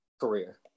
career